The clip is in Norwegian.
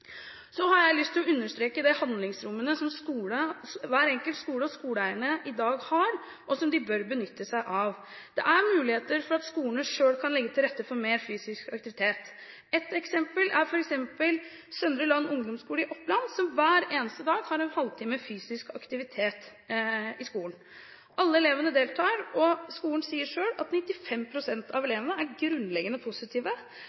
Så har jeg lyst til å understreke de handlingsrommene som hver enkelt skole og skoleeierne i dag har, og som de bør benytte seg av. Det er muligheter for at skolene selv kan legge til rette for mer fysisk aktivitet. Ett eksempel er Søndre Land ungdomsskole i Oppland, som hver eneste dag har en halvtime fysisk aktivitet i skolen. Alle elevene deltar, og skolen sier selv at 95 pst. av elevene er grunnleggende positive.